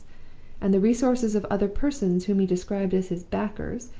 and the resources of other persons whom he described as his backers,